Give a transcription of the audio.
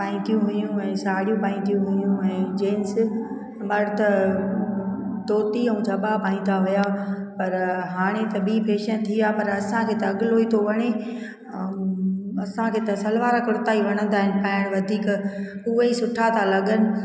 पाईंदियूं हुइयूं ऐं साड़ियूं पाईंदियूं हुइयूं ऐं जेंट्स मर्द धोती ऐं जबा पाईंदा हुया पर हाणे त ॿी फेशन थी आहे पर असांखे त अॻिलो ई थो वणे ऐं असांखे त सलवार कुर्ता ई वणंदा आहिनि पाइण वधीक उहेई सुठा लॻनि